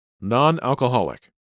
non-alcoholic